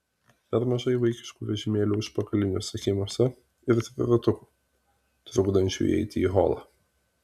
per mažai vaikiškų vežimėlių užpakaliniuose kiemuose ir triratukų trukdančių įeiti į holą